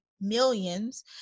millions